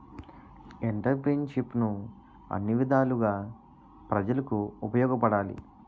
ఎంటర్ప్రిన్యూర్షిప్ను అన్ని విధాలుగా ప్రజలకు ఉపయోగపడాలి